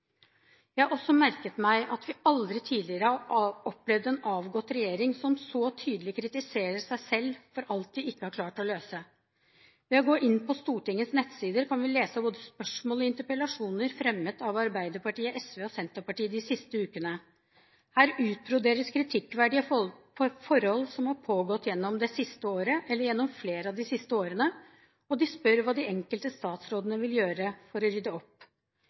Jeg har også merket meg at vi aldri tidligere har opplevd en avgått regjering, som så tydelig kritiserer seg selv for alt de ikke har klart å løse. Ved å gå inn på Stortingets nettsider kan vi lese både spørsmål og interpellasjoner fremmet av Arbeiderpartiet, SV og Senterpartiet de siste ukene. Her utbroderes kritikkverdige forhold som har pågått gjennom det siste året, eller gjennom flere av de siste årene, og de spør hva de enkelte statsrådene vil gjøre for å rydde opp.